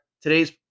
today's